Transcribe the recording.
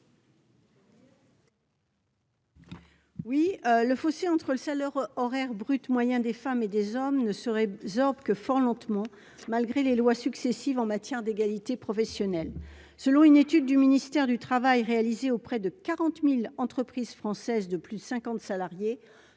Oui, le fossé entre le salaire horaire brut moyen des femmes et des hommes ne serait job que font lentement malgré les lois successives en matière d'égalité professionnelle, selon une étude du ministère du Travail, réalisée auprès de 40000 entreprises françaises de plus de 50 salariés,